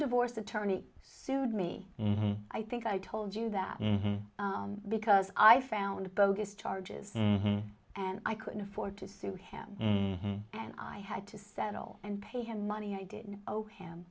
divorce attorney sued me i think i told you that because i found bogus charges and i couldn't afford to sue him and i had to settle and pay him money i didn't owe him